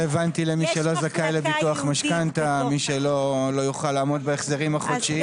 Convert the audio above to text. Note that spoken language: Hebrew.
יש מחלקה ייעודית --- זה לא רלוונטי למי שלא זכאי לביטוח משכנתא,